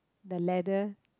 the ladder